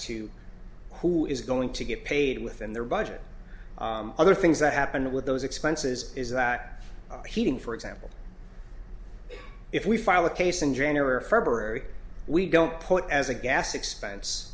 to who is going to get paid within their budget other things that happen with those expenses is that heating for example if we file a case in january or february we don't put as a gas expense